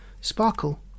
Sparkle